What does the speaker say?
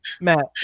Matt